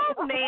Man